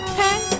hey